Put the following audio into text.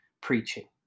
preaching